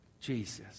Jesus